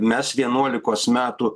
mes vienuolikos metų